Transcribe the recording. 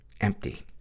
Empty